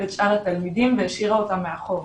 את שאר התלמידים והשאירה אותם מאחור?